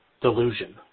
delusion